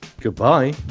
Goodbye